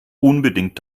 unbedingt